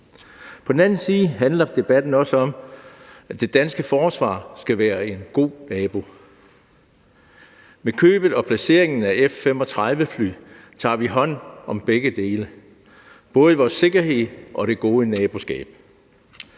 På den anden side handler debatten også om, at det danske forsvar skal være en god nabo. Ved købet og placeringen af F-35-flyene tager vi hånd om begge dele, både vores sikkerhed og det gode naboskab.